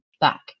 back